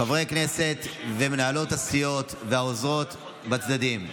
חברי הכנסת ומנהלות הסיעות והעוזרות בצדדים.